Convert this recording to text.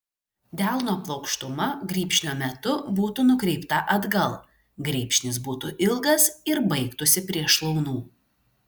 delno plokštuma grybšnio metu būtų nukreipta atgal grybšnis būtų ilgas ir baigtųsi prie šlaunų